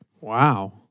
Wow